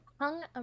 hung